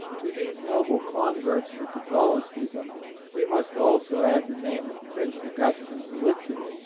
to these noble converts to catholicism we must also add the name of prince augustine gal litzin,